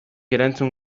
erantzun